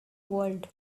world